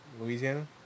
Louisiana